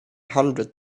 hundred